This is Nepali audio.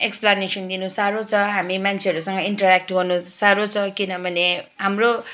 एक्सप्लानेसन दिनु साह्रो छ हामी मान्छेहरूसँग इन्टऱ्याक्ट गर्न साह्रो छ किनभने हाम्रो